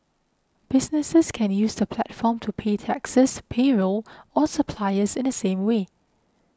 businesses can use the platform to pay taxes payroll or suppliers in the same way